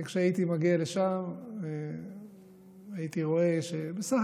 וכשהייתי מגיע לשם הייתי רואה שבסך